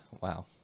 Wow